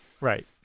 Right